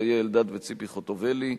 אריה אלדד וציפי חוטובלי,